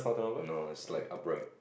no it's like upright